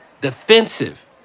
defensive